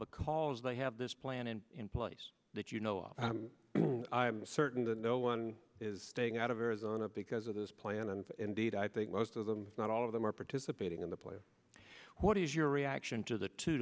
because they have this plan in place that you know of i'm certain that no one is staying out of arizona because of this plan and indeed i think most of them not all of them are participating in the plan what is your reaction to the two